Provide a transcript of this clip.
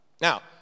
Now